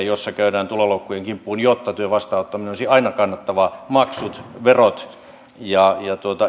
jossa käydään tuloloukkujen kimppuun jotta työn vastaanottaminen olisi aina kannattavaa maksut verot ja